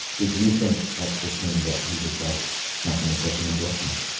did you think at fifteen that he was like something approaching a boyfriend?